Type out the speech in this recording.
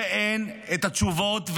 אין את התשובות,